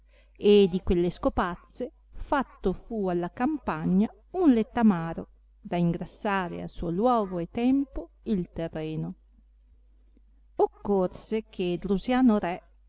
e di quelle scopazze fatto fu alla campagna un lettamaro da ingrassare a suo luogo e tempo il terreno occorse che drusiano re